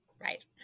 Right